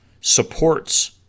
supports